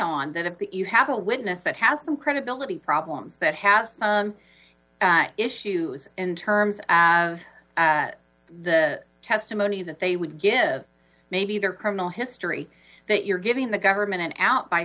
on that have you have a witness that has some credibility problems that has some issues in terms of the testimony that they would give maybe their criminal history that you're giving the government out by